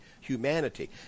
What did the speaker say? humanity